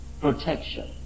protection